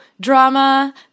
drama